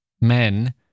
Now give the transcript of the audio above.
Men